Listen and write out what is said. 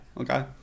Okay